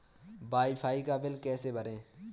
Wi fi का बिल कैसे भरें?